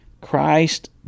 Christ